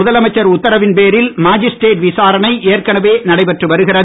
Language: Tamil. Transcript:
முதலமைச்சர் உத்தரவின்பேரில் மாஜிஸ்டிரேட் விசாரணை ஏற்கனவே நடைபெற்று வருகிறது